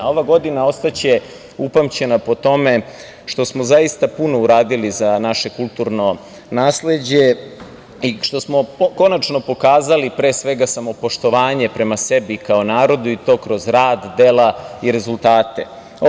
Ova godina će ostati upamćena po tome što smo zaista puno uradili za naše kulturno nasleđe i što smo konačno pokazali pre svega poštovanje prema sebi kao narod i to kroz rad, dela i rezultate.